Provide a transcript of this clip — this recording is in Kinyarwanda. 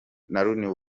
rooney